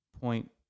point